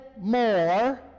more